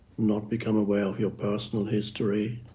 not become aware of your personal history